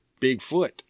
Bigfoot